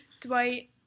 Dwight